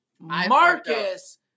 Marcus